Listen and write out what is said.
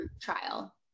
trial